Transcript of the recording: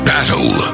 Battle